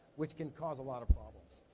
which can cause a lot of problems.